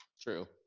True